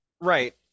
Right